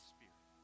Spirit